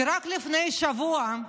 כי רק לפני שבוע,